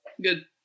Good